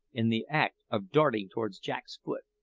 in the act of darting towards jack's foot.